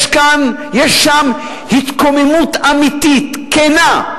יש שם התקוממות אמיתית, כנה,